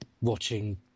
watching